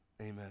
amen